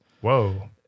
Whoa